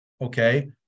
Okay